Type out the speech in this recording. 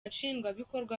nshingwabikorwa